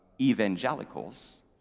evangelicals